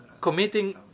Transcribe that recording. committing